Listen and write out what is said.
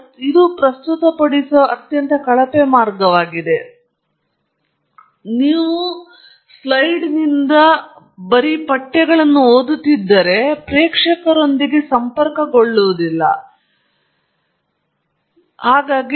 ಇದನ್ನು ಮಾಡುವುದರಿಂದ ಇದು ಪ್ರಸ್ತುತಪಡಿಸುವ ಒಂದು ಮಾರ್ಗವಾಗಿದೆ ಇದು ನಾವು ಈ ಸ್ಲೈಡ್ನಲ್ಲಿ ಕಾಣಿಸುತ್ತೇವೆ ಮತ್ತು ನೀವು ಅದನ್ನು ಓದುವಿರಿ ಅದು ಒಳ್ಳೆಯದು ಅಲ್ಲ ಇದು ಪ್ರಸ್ತುತಪಡಿಸುವ ಅತ್ಯಂತ ಕಳಪೆ ಮಾರ್ಗವಾಗಿದೆ ಅದು ಹೆಚ್ಚು ಅಥವಾ ಕಡಿಮೆ ನಿಮ್ಮ ಪ್ರೇಕ್ಷಕರೊಂದಿಗೆ ಸಂಪರ್ಕಗೊಳ್ಳುವುದಿಲ್ಲ ಎಂದು ಖಚಿತಪಡಿಸುತ್ತದೆ